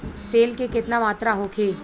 तेल के केतना मात्रा होखे?